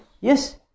Yes